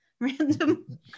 random